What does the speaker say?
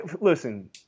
Listen